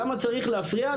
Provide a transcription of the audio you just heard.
למה צריך להפריע,